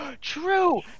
True